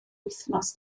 wythnos